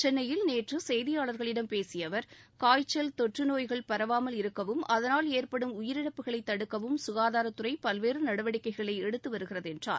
சென்னையில் நேற்று செய்தியாளர்களிடம் பேசிய அவர் காய்ச்சல் தொற்றுநோய்கள் பரவாமல் இருக்கவும் அதனால் ஏற்படும் உயிரிழப்புகளைத் தடுக்கவும் சுகாதாரத்துறை பல்வேறு நடவடிக்கைகளை எடுத்து வருகிறது என்றார்